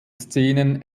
szenen